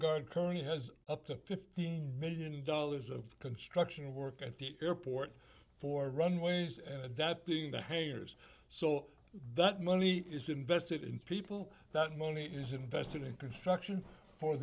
guard currently has up to fifteen million dollars of construction work at the airport for runways and adapting the haters so that money is invested in people that money is invested in construction for